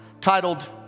titled